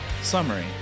Summary